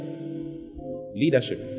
Leadership